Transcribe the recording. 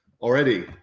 already